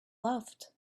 loved